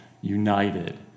united